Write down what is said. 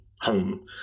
home